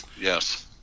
yes